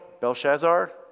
Belshazzar